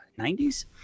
90s